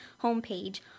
homepage